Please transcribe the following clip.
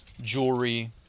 jewelry